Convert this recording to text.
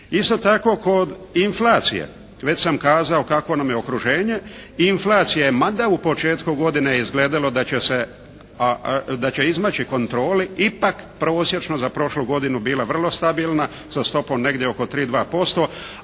Isto tako kod inflacije, već sam kazao kakvo nam je okruženje. Inflacija je mada je u početku godine izgledalo da će se, da će izmaći kontroli, ipak prosječno za prošlu godinu bila vrlo stabilna sa stopom negdje oko 3,2%